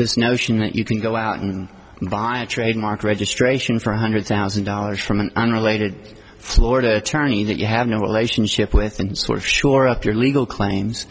this notion that you can go out and buy a trademark registration for one hundred thousand dollars from an unrelated florida attorney that you have no relationship with and sort of shore up your legal claims